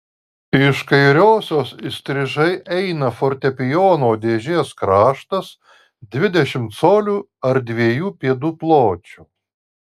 iš kairiosios įstrižai eina fortepijono dėžės kraštas dvidešimt colių ar dviejų pėdų pločio